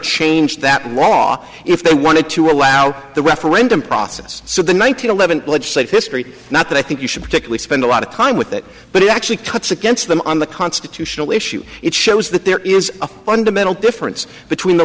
change that law if they wanted to allow the referendum process so the nine hundred eleven history not that i think you should particularly spend a lot of time with that but it actually cuts against them on the constitutional issue it shows that there is a fundamental difference between the